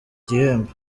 gihembo